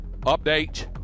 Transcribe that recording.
Update